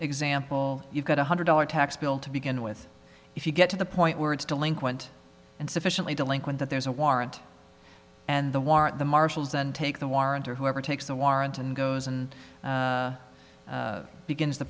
example you've got one hundred dollar tax bill to begin with if you get to the point where it's delinquent and sufficiently delinquent that there's a warrant and the warrant the marshals then take the warrant or whoever takes the warrant and goes and begins t